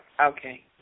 Okay